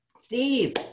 Steve